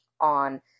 on